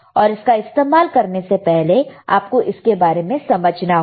और इसका इस्तेमाल करने से पहले आपको इसके बारे में समझना होगा